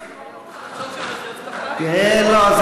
לא,